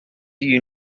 you